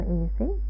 easy